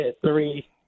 three